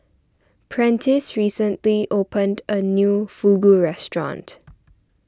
Prentiss recently opened a new Fugu restaurant